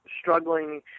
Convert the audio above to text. struggling